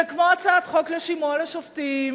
וכמו הצעת חוק לשימוע לשופטים,